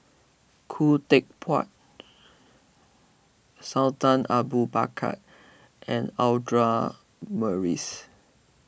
Khoo Teck Puat Sultan Abu Bakar and Audra Morrice